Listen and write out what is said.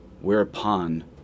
whereupon